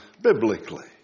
Biblically